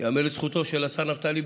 ייאמר לזכותו של השר נפתלי בנט,